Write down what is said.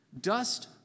dust